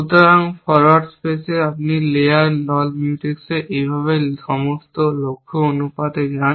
সুতরাং ফরোয়ার্ড স্পেসে আপনি লেয়ার নন মিউটেক্সে এইভাবে সমস্ত লক্ষ্য অনুপাতে যান